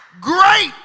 great